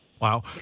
Wow